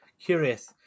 curious